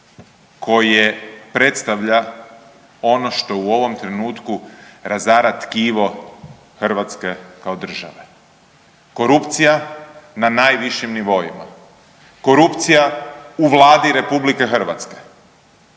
koje predstavlja ono to u ovom trenutku razara tkivo Hrvatske kao države. Korupcija na najvišim nivoima, korupcija u Vladi RH, takva